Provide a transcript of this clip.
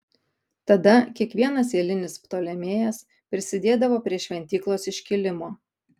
tada kiekvienas eilinis ptolemėjas prisidėdavo prie šventyklos iškilimo